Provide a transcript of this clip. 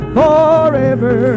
forever